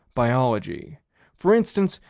biology for instance,